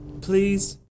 Please